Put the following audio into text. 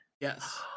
yes